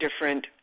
different